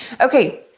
Okay